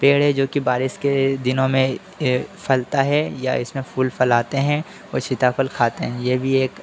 पेड़ है जो कि बारिश के दिनों में यह फलता है या इसमें फूल फल आते हैं और शीताफल खाते हैं यह भी एक